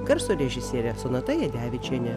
garso režisierė sonata jadevičienė